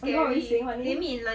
what were you saying like